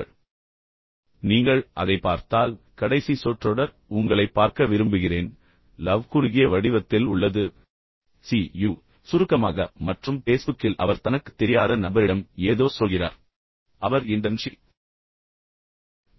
பின்னர் கடைசியாக கூட நீங்கள் அதைப் பார்த்தால் கடைசி சொற்றொடர் உங்களைப் பார்க்க விரும்புகிறேன் லவ் குறுகிய வடிவத்தில் உள்ளது சீ யூ சுருக்கமாக மற்றும் பேஸ்புக்கில் அவர் தனக்குத் தெரியாத நபரிடம் ஏதோ சொல்கிறார் அவர் இன்டர்ன்ஷிப்